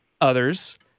others